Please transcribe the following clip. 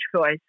choice